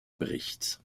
berichts